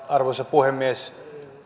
arvoisa puhemies